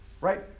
right